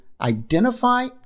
identify